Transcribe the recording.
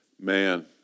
Man